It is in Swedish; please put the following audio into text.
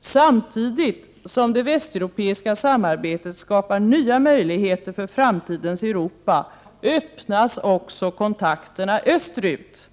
Samtidigt som det västeuropeiska samarbetet skapar nya möjligheter för framtidens Europa, öppnas också kontakterna österut.